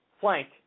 flank